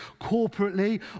corporately